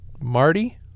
Marty